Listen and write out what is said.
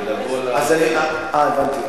אה, הבנתי.